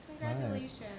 Congratulations